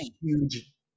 huge